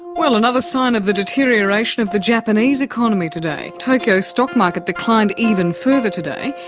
well, another sign of the deterioration of the japanese economy today. tokyo's stock market declined even further today,